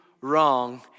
wrong